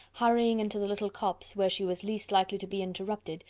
hurrying into the little copse, where she was least likely to be interrupted,